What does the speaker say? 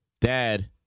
Dad